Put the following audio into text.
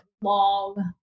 long